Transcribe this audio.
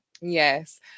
Yes